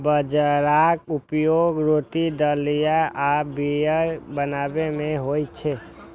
बाजराक उपयोग रोटी, दलिया आ बीयर बनाबै मे होइ छै